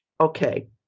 Okay